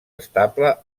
estable